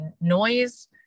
noise